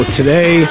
today